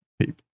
people